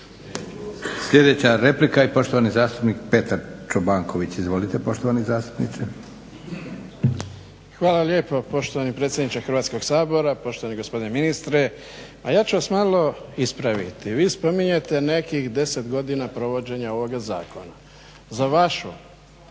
Sljedeća replika i poštovani zastupnik Petar Čobanković. Izvolite poštovani zastupniče. **Čobanković, Petar (HDZ)** Hvala lijepo poštovani predsjedniče Hrvatskog sabora, poštovani gospodine ministre. Pa ja ću vas malo ispraviti. Vi spominjete nekih 10 godina provođenja ovoga zakona. Za vašu